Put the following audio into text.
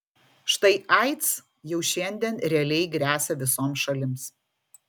štai aids jau šiandien realiai gresia visoms šalims